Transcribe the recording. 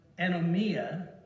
anomia